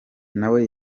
nawe